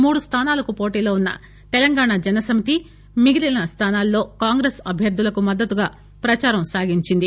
మూడు స్థానాలకు పోటీలో ఉన్న తెలంగాణ జనసమితి మిగిలిన స్థానాల్లో కాంగ్రెస్ అభ్వర్థులకు మద్దతుగా ప్రచారం సాగించింది